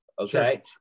Okay